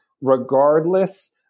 Regardless